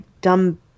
dumb